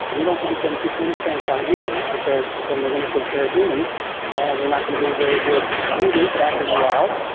we don't want them to imprint on humans because then they're going to think they are human and they're not going to be very good breeders back in the wild.